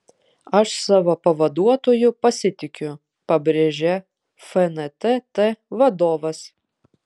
aš savo pavaduotoju pasitikiu pabrėžė fntt vadovas